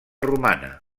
romana